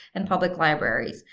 and public libraries.